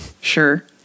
sure